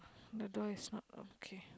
the door is not okay